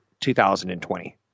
2020